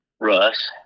Russ